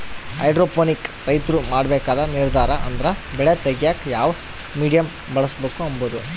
hydroponic ರೈತ್ರು ಮಾಡ್ಬೇಕಾದ ನಿರ್ದಾರ ಅಂದ್ರ ಬೆಳೆ ತೆಗ್ಯೇಕ ಯಾವ ಮೀಡಿಯಮ್ ಬಳುಸ್ಬಕು ಅಂಬದು